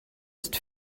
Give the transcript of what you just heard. ist